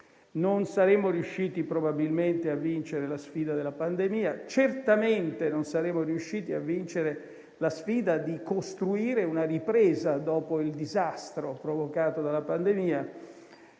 non saremmo riusciti a vincere la sfida della pandemia, certamente non saremmo riusciti a vincere quella di costruire una ripresa dopo il disastro provocato dalla pandemia.